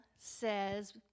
says